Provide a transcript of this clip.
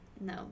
No